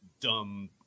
dumb